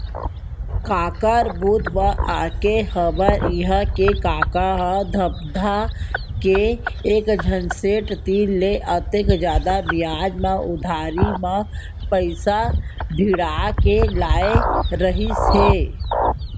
काकर बुध म आके हमर इहां के कका ह धमधा के एकझन सेठ तीर ले अतेक जादा बियाज म उधारी म पइसा भिड़ा के लाय रहिस हे